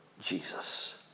Jesus